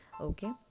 Okay